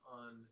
on